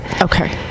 okay